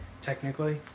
technically